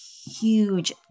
huge